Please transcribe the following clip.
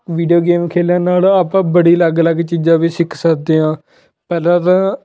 video game ਖੇਡਣ ਨਾਲ ਆਪਾਂ ਬੜੀ ਅਲੱਗ ਅਲੱਗ ਚੀਜ਼ਾਂ ਵੀ ਸਿੱਖ ਸਕਦੇ ਹਾਂ ਪਹਿਲਾਂ ਤਾਂ